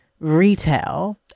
Retail